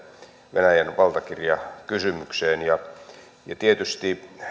venäjän valtakirjakysymykseen tietysti